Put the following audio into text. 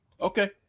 okay